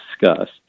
discussed